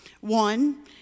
One